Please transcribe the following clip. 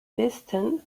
westen